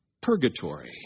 purgatory